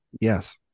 Yes